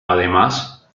además